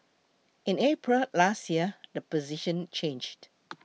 in April last year the position changed